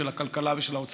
של הכלכלה ושל האוצר,